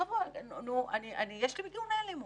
בסוף, יש לי מיגון או אין לי מיגון?